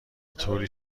طوری